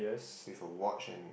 with a watch and